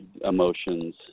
emotions